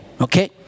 Okay